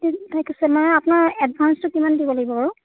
ঠিক আছে মই আপোনাৰ এডভান্সটো কিমান দিব লাগিব বাৰু